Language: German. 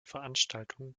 veranstaltungen